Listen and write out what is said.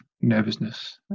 nervousness